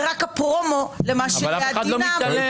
זה רק הפרומו למה --- אף אחד לא מתעלם.